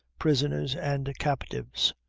prisoners and captives.